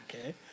okay